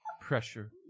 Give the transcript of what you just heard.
pressure